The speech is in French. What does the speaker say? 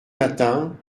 matins